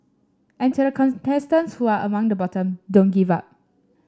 and to the contestants who are among the bottom don't give up